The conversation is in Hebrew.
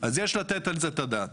אז יש לתת על זה את הדעת.